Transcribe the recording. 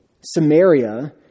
Samaria